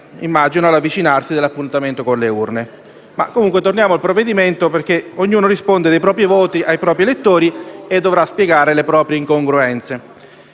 immagino - all'avvicinarsi dell'appuntamento con le urne. Ma torniamo al provvedimento, perché ognuno risponde dei propri voti ai propri elettori e dovrà spiegare anche queste incongruenze.